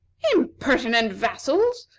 impertinent vassals!